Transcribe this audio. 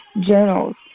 journals